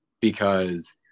because-